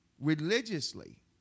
Religiously